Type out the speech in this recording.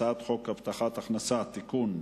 הצעת חוק הבטחת הכנסה (תיקון,